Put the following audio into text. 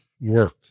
work